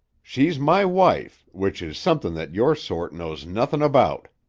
she's my wife, which is somethin' that your sort knows nothin' about.